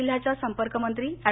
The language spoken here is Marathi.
जिल्ह्याच्या संपर्क मंत्री अँड